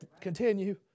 Continue